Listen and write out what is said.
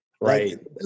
right